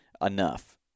enough